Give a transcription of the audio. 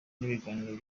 n’ibiganiro